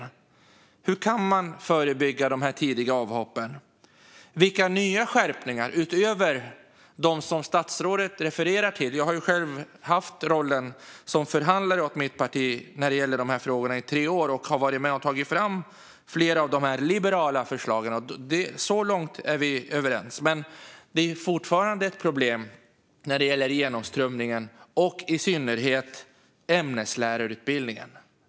Hur kan man förebygga de tidiga avhoppen? Finns det förslag på nya skärpningar, utöver de som statsrådet refererar till? Jag har i tre år haft rollen som förhandlare för mitt parti när det gäller frågorna och har varit med och tagit fram flera av de liberala förslagen. Så långt är vi överens. Men det är fortfarande problem med genomströmningen och i synnerhet ämneslärarutbildningen.